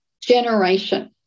generation